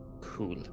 Cool